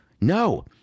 No